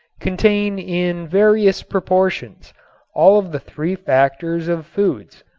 contain in various proportions all of the three factors of foods,